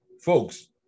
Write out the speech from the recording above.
folks